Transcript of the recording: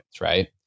right